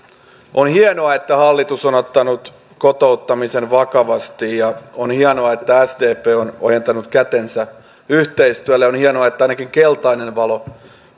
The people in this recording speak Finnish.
on hienoa että hallitus on ottanut kotouttamisen vakavasti ja on hienoa että sdp on ojentanut kätensä yhteistyölle on hienoa että ainakin keltainen valo